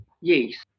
Yes